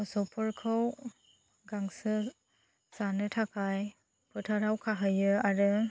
मोसौफोरखौ गांसो जानो थाखाय फोथाराव खाहैयो आरो